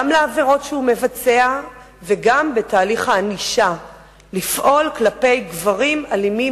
גם לעבירות שהוא מבצע וגם בתהליך הענישה לפעול כלפי גברים אלימים,